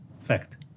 fact